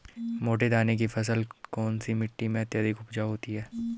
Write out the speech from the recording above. मोटे दाने की फसल कौन सी मिट्टी में अत्यधिक उपजाऊ होती है?